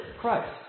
Christ